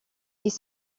ils